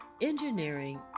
Engineering